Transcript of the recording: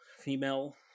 female